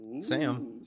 Sam